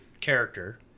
character